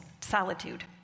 solitude